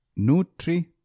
Nutri